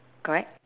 correct